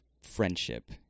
friendship